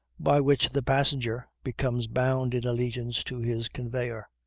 by which the passenger becomes bound in allegiance to his conveyer.